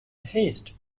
haste